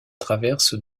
traverses